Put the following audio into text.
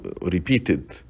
repeated